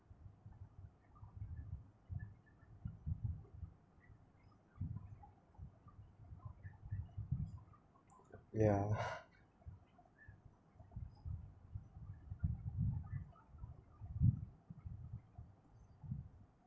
yeah